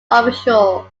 official